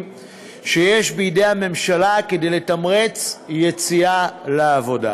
שיש בידי הממשלה לתמרץ יציאה לעבודה.